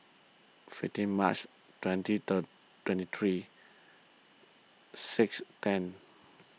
fifteen March twenty third twenty three six ten